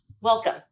welcome